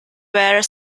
were